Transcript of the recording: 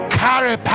carry